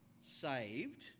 saved